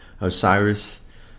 Osiris